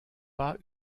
pas